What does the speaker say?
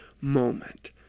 moment